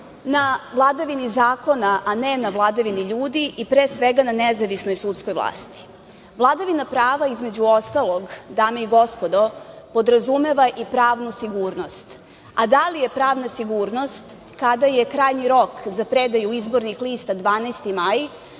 na vladavini zakona, a ne na vladavini ljudi i pre svega na nezavisnoj sudskoj vlasti. Vladavina prava, između ostalog, dame i gospodo, podrazumeva i pravnu sigurnost, a da li je pravna sigurnost kada je krajnji rok za predaju izbornih lista 12. maj,